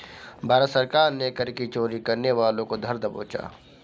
भारत सरकार ने कर की चोरी करने वालों को धर दबोचा